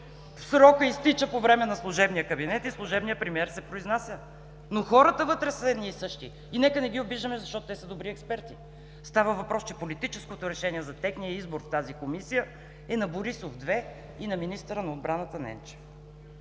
Срокът изтича по време на служебния кабинет и служебният премиер се произнася, но хората вътре са едни и същи и нека не ги обиждаме, защото те са добри експерти. Става въпрос, че политическото решение за техния избор в тази Комисия е на Борисов 2 и на министъра на отбраната Ненчев.